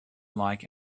like